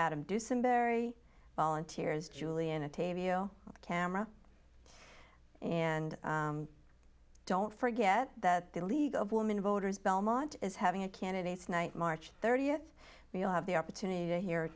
adam dusenberry volunteers julianna tavia camera and don't forget that the league of women voters belmont is having a candidates night march thirtieth we'll have the opportunity to hear